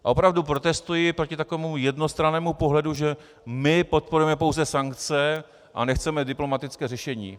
Opravdu protestuji proti takovému jednostrannému pohledu, že my podporujeme pouze sankce a nechceme diplomatické řešení.